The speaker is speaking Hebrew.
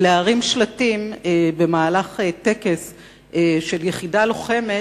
להרים שלטים במהלך טקס של יחידה לוחמת,